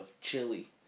chili